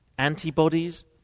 antibodies